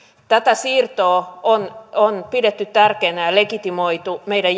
tätä siirtoa on on pidetty tärkeänä ja legitimoitu meidän